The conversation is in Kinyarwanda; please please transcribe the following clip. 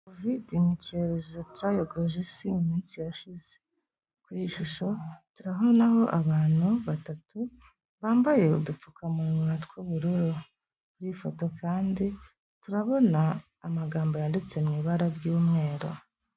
Covid ni cyerezo cyayogoje isi mu minsi yashize. Kuri iyi shusho turabona abantu batatu bambaye udupfukamunwa tw'uubururu, kuri iyi ifoto kandi turabona amagambo yanditse mu ibara ry'umweru.